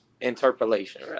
Interpolation